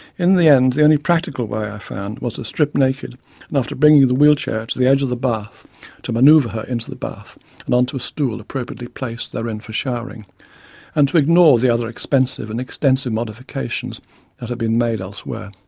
in the end the only practical way i found was to strip naked and after bringing the wheelchair to the edge of the bath to manoeuvre her into the bath and on to a stool appropriately placed therein for showering and to ignore the other expensive and extensive modifications that had been made elsewhere.